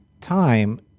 time